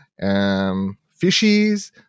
fishies